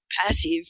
passive